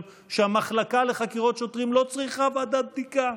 שהמחלקה לחקירות שופטים לא צריכה ועדת בדיקה.